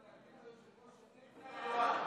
רק לעדכן את היושב-ראש שאין שר תורן.